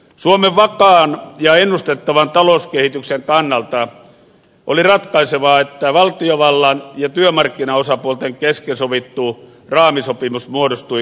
suomen vakaan ja ennustettavan talouskehityksen kannalta oli ratkaisevaa että valtiovallan ja työmarkkinaosapuolten kesken sovittu raamisopimus muodostui kattavaksi